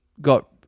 got